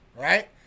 right